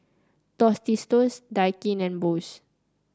Tostitos Daikin and Bose